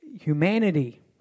Humanity